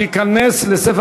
נתקבל.